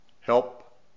help